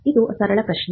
ಇದು ಸರಳ ಪ್ರಶ್ನೆ